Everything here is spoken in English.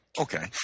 Okay